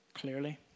clearly